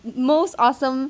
most awesome